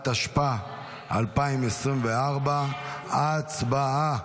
התשפ"ה 2024. הצבעה.